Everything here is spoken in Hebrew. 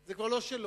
זה כבר לא שלו.